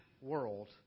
world